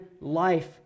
life